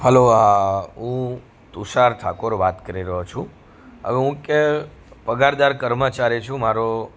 હાલો આ હું તુષાર ઠાકોર વાત કરી રહ્યો છું હવે હું કે પગારદાર કર્મચારી છું મારો